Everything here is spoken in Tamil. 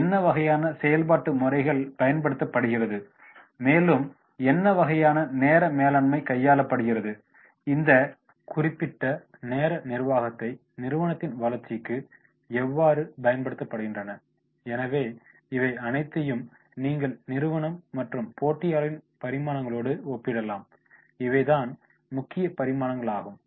என்ன வகையான செயல்பாட்டு முறைகள் பயன்படுத்தப்படுகிறது மேலும் என்ன வகையான நேர மேலாண்மை கையாளப்படுகிறது இந்த குறிப்பிட்ட நேர நிர்வாகத்தை நிறுவனத்தின் வளர்ச்சிக்கு எவ்வாறு பயன்படுத்துகின்றன எனவே இவை அனைத்தையும் நீங்கள் நிறுவனம் மற்றும் போட்டியாளர்களின் பரிமாணங்களோடு ஒப்பிடலாம் இவைதான் முக்கிய பரிமாணங்களாகும்